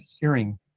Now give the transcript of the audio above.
hearing